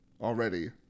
already